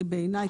בעיני,